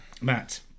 Matt